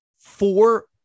four